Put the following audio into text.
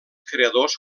creadors